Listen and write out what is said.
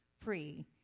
free